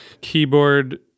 keyboard